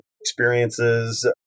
experiences